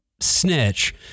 snitch